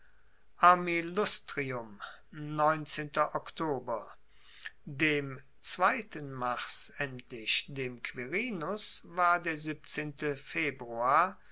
dem zweiten mars endlich dem quirinus war der